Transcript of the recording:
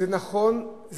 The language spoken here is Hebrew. זה נכון,